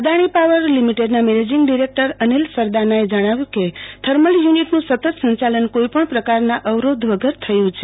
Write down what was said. Adani power લીમીટેડના managing director Anil સરદાનાએ જણાવ્યું કે થર્મલ યુનીટનું સતત સંચાલન કોઈ પણ પ્રકારના અવરોધ વગર થયું છે